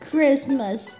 Christmas